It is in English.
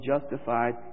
justified